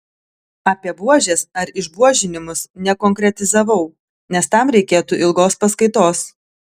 apie buožes ar išbuožinimus nekonkretizavau nes tam reikėtų ilgos paskaitos